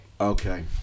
okay